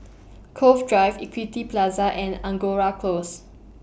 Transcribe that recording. Cove Drive Equity Plaza and Angora Close